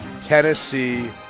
Tennessee